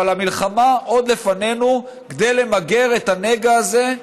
אבל עוד לפנינו המלחמה כדי למגר את הנגע הזה,